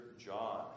John